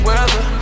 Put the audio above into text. Weather